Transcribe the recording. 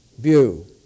view